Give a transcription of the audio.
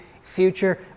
future